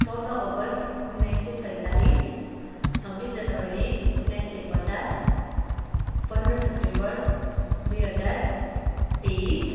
चौध अगस्ट उन्नाइस सय सैँतालिस छब्बिस जनवरी उन्नाइस सय पचास पन्ध्र सेप्टेम्बर दुई हजार तेइस